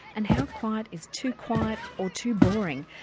and how quiet is too quiet or too boring.